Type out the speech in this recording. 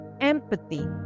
empathy